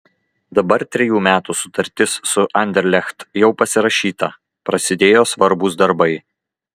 dabar trejų metų sutartis su anderlecht jau pasirašyta prasidėjo svarbūs darbai